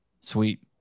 Sweet